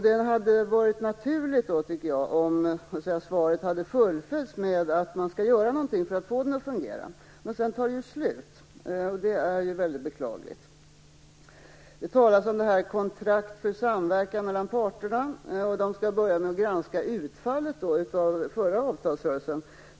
Det hade varit naturligt, tycker jag, om svaret hade fullföljts med att man skall göra någonting för att få den att fungera. Men sedan tar det slut, och det är väldigt beklagligt. Det talas om kontrakt för samverkan mellan parterna. Man skall börja med att granska utfallet av förra avtalsrörelsen.